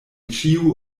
ĉiu